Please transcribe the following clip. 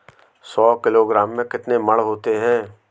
सौ किलोग्राम में कितने मण होते हैं?